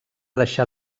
deixar